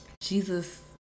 Jesus